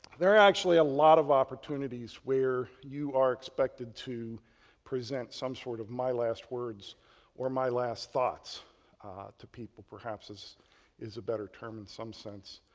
they're actually a lot of opportunities where you are expected to present some sort of my last words or my last thoughts to people perhaps is is a better term in some sense.